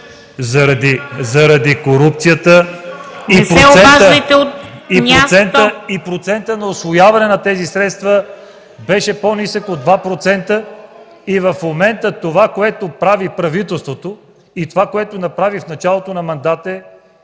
ЦВЕТАН ЦВЕТАНОВ: … и процентът на усвояване на тези средства беше по-нисък от 2% и в момента това, което прави правителството, и това, което направи в началото на мандата,